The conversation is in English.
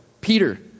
Peter